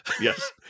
Yes